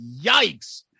yikes